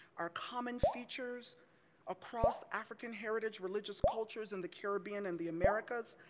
are common features across african heritage religious cultures in the caribbean and the americas,